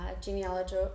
genealogy